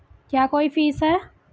क्या कोई फीस है?